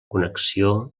connexió